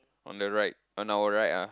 on the right on our right ah